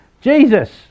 Jesus